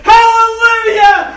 Hallelujah